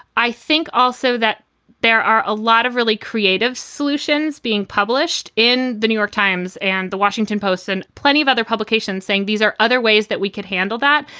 i think also that there are a lot of really creative solutions being published in the new york times and the washington post and plenty of other publications saying these are other ways that we could handle that.